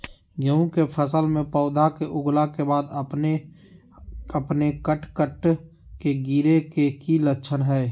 गेहूं के फसल में पौधा के उगला के बाद अपने अपने कट कट के गिरे के की लक्षण हय?